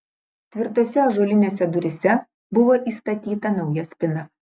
tvirtose ąžuolinėse duryse buvo įstatyta nauja spyna